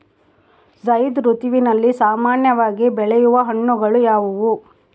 ಝೈಧ್ ಋತುವಿನಲ್ಲಿ ಸಾಮಾನ್ಯವಾಗಿ ಬೆಳೆಯುವ ಹಣ್ಣುಗಳು ಯಾವುವು?